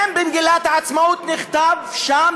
הן במגילת העצמאות נכתב שם,